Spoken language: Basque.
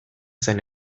zen